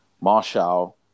Marshall